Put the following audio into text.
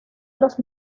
los